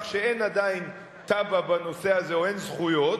שאין עדיין תב"ע בנושא הזה או אין זכויות,